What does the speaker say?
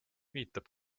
viitab